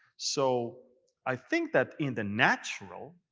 so i think that, in the natural,